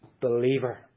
believer